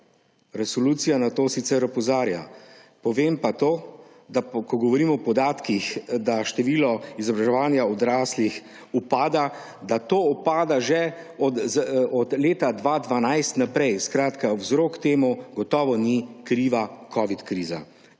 Resolucija na to sicer opozarja, povem pa, da ko govorimo o podatkih, da število izobraževanja odraslih upada, le-to upada že od leta 2012 naprej. Vzrok tega zagotovo ni covid kriza,